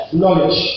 knowledge